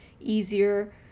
easier